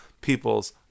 people's